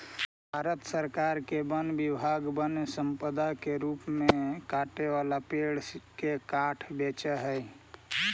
भारत सरकार के वन विभाग वन्यसम्पदा के रूप में कटे वाला पेड़ के काष्ठ बेचऽ हई